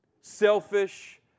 selfish